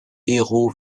héros